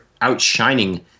outshining